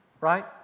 Right